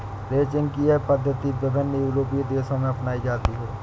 ranching की यह पद्धति विभिन्न यूरोपीय देशों में अपनाई जाती है